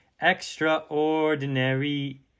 extraordinary